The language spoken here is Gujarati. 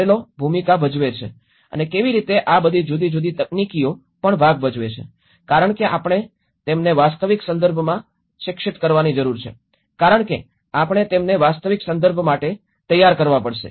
મોડેલો ભૂમિકા ભજવે છે અને કેવી રીતે આ બધી જુદી જુદી તકનીકીઓ પણ ભાગ ભજવે છે કારણ કે આપણે તેમને વાસ્તવિક સંદર્ભમાં શિક્ષિત કરવાની જરૂર છે કારણ કે આપણે તેમને વાસ્તવિક સંદર્ભ માટે તૈયાર કરવા પડશે